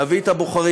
להביא את הבוחרים,